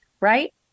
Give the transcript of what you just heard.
Right